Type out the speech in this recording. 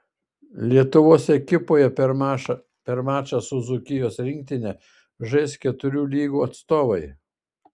lietuvos ekipoje per mačą su dzūkijos rinktine žais keturių lygų atstovai